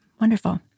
Wonderful